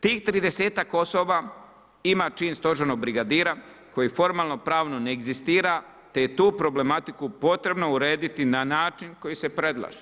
Tih tridesetak osoba ima čin stožernog brigadira koji formalno i pravno ne egzistira te je tu problematiku potrebno urediti na način koji se predlaže.